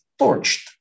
torched